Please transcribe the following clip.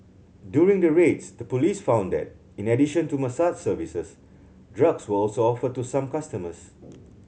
during the raids the police found that in addition to massage services drugs were also offered to some customers